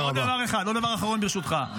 ועוד דבר אחד, עוד דבר אחרון, ברשותך.